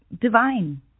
divine